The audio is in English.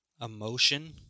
emotion